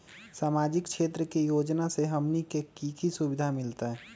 सामाजिक क्षेत्र के योजना से हमनी के की सुविधा मिलतै?